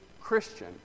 Christian